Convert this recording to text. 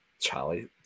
Charlie